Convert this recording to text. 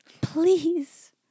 Please